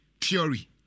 theory